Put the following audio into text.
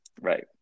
Right